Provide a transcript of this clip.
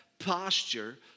posture